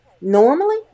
normally